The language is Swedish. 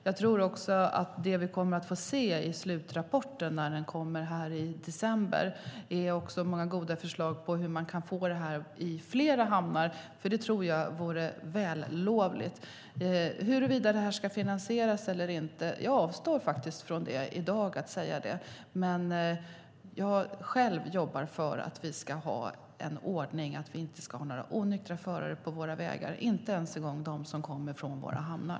Jag tror att vi i slutrapporten i december kommer att se många goda förslag på hur man kan få detta i fler hamnar, vilket vore vällovligt. Huruvida detta ska finansieras eller inte avstår jag i dag från att säga. Jag jobbar dock för att vi inte ska ha några onyktra förare på våra vägar, inte heller från våra hamnar.